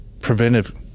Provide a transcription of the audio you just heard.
preventive